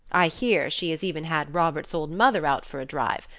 i hear she has even had robert's old mother out for a drive.